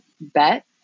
bet